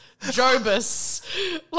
Jobus